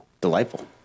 Delightful